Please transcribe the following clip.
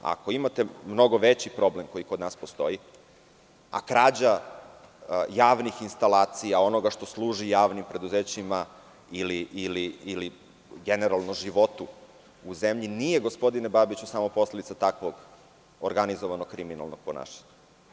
Ako imate mnogo veći problem koji kod nas postoji, a krađa javnih instalacija onoga što služi javnim preduzećima ili generalno životu u zemlji, nije gospodine Babiću, samo posledica takvog organizovanog kriminalnog ponašanja.